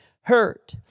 hurt